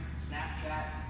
Snapchat